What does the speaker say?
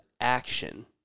action